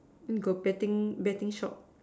got betting betting shop